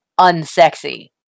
unsexy